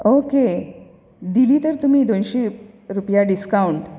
okay दिली तर तुमी दोनशी रुपया डिस्कावंट